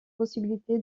possibilité